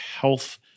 health